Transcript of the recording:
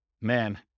man